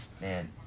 Man